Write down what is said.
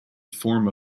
form